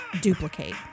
duplicate